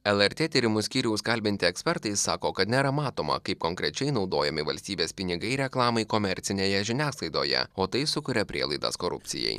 lrt tyrimų skyriaus kalbinti ekspertai sako kad nėra matoma kaip konkrečiai naudojami valstybės pinigai reklamai komercinėje žiniasklaidoje o tai sukuria prielaidas korupcijai